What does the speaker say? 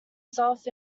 self